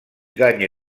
gagne